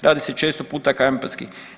Radi se često puta kampanjski.